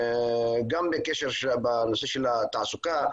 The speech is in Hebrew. גם בנושא של התעסוקה,